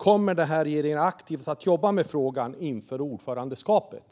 Kommer regeringen aktivt att jobba med frågan inför ordförandeskapet?